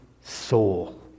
soul